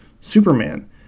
Superman